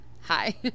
hi